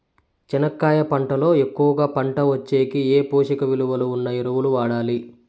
చెనక్కాయ పంట లో ఎక్కువగా పంట వచ్చేకి ఏ పోషక విలువలు ఉన్న ఎరువులు వాడాలి?